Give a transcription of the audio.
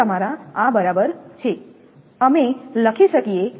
તે તમારા આ બરાબર છે અમે લખી શકીએ